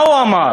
מה הוא אמר?